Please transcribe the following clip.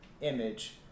image